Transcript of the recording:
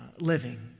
living